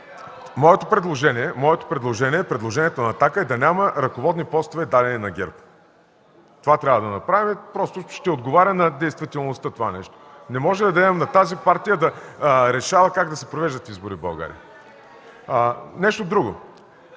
на „Атака” е да няма ръководни постове, дадени на ГЕРБ. Това трябва да направим. Просто ще отговаря на действителността това нещо. Не можем да дадем на тази партия да решава как да се провеждат избори в България. Нещо друго.